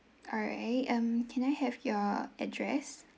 alright um can I have your address